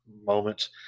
moments